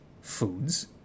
foods